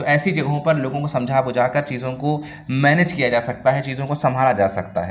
تو ایسی جگہوں پر لوگوں کو سمجھا بجھا کر چیزوں کو مینج کیا جا سکتا ہے چیزوں کو سنبھالا جا سکتا ہے